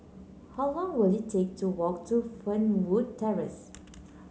how long will it take to walk to Fernwood Terrace